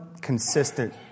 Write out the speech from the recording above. consistent